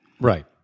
Right